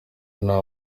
nta